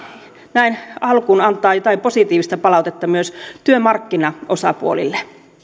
näin alkuun antaa jotain positiivista palautetta myös työmarkkinaosapuolille